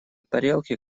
тарелке